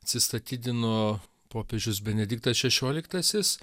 atsistatydino popiežius benediktas šešioliktasis